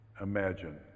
imagine